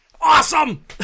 Awesome